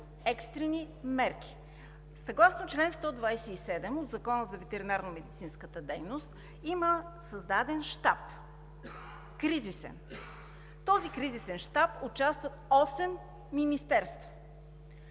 екстрени мерки. Съгласно чл. 127 от Закона за ветеринарномедицинската дейност има създаден кризисен щаб. В този кризисен щаб участват осем министерства.